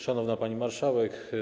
Szanowna Pani Marszałek!